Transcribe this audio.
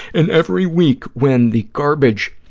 and every week, when the garbage,